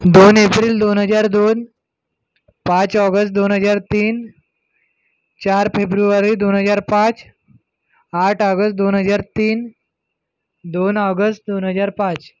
दोन एप्रिल दोन हजार दोन पाच ऑगस्ट दोन हजार तीन चार फेब्रुवारी दोन हजार पाच आठ आगस्ट दोन हजार तीन दोन ऑगस्ट दोन हजार पाच